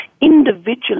Individually